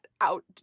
out